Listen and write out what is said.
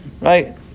Right